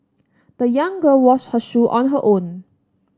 the young girl washed her shoe on her own